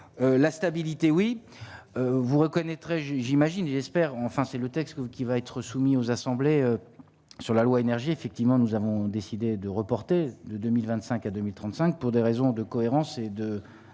la stabilité oui vous reconnaîtrez juge j'imagine, j'espère, enfin, c'est le texte que vous, qui va être soumis aux assemblées sur la loi énergie effectivement, nous avons décidé de reporter de 2025 à 2035 pour des raisons de cohérence et de